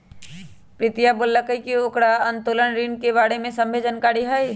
प्रीतिया बोललकई कि ओकरा उत्तोलन ऋण के बारे में सभ्भे जानकारी हई